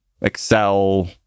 Excel